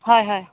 হয় হয়